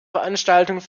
veranstaltung